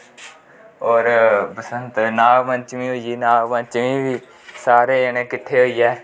होर बसंत नाग पचमी होई गेई नाग पंचमी गी सारे जने किट्ठे होइयै